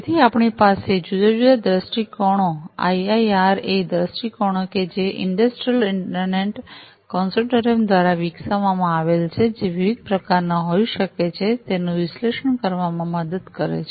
તેથી આપની પાસે જુદા જુદા દૃષ્ટિકોણો આઈઆઈઆરએ દૃષ્ટિકોણો કે જે ઇંડસ્ટ્રિયલ ઇન્ટરનેટ કોન્સોર્ટિયમ દ્વારા વિકસાવામાં આવલે જે વિવિધ પ્રકાર ના હોય શકે છે તેનું વિશ્લેષ્ણ કરવામાં મદદ કરે છે